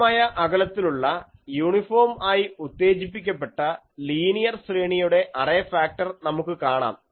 തുല്യമായ അകലത്തിലുള്ള യൂണിഫോം ആയി ഉത്തേജിപ്പിക്കപ്പെട്ട ലീനിയർ ശ്രേണിയുടെ അറേ ഫാക്ടർ നമുക്ക് കാണാം